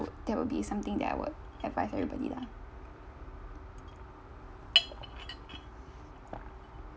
that would be something that I would advise everybody lah